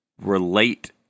relate